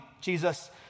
Jesus—